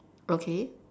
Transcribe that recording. okay